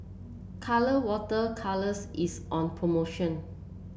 Colora Water Colours is on promotion